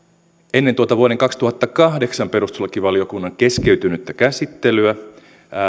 ennen tuota vuoden kaksituhattakahdeksan perustuslakivaliokunnan keskeytynyttä käsittelyä